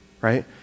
right